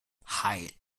hei